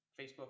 Facebook